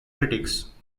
critics